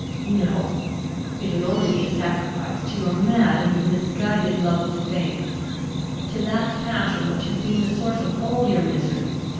no it would only be a sacrifice to your mad and misguided love of fame to that passion which has been the source of all your miseries,